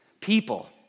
people